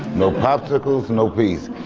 no popsicles, no peace.